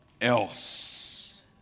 else